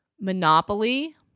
Monopoly